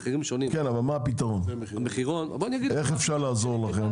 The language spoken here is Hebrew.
אז מה הפתרון לדעתך, איך אפשר לעזור לכם?